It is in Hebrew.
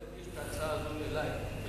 תגיש את ההצעה הזאת אלי אישית,